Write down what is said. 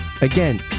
again